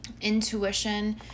intuition